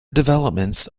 developments